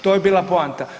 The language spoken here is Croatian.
To je bila poanta.